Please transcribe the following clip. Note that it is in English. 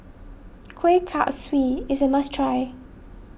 Kueh Kaswi is a must try